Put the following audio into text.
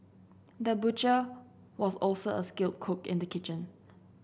the butcher was also a skilled cook in the kitchen